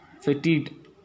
fatigued